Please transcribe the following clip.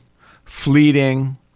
fleeting